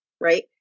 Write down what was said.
right